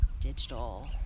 digital